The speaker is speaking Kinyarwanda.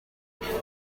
ubuvuzi